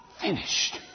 Finished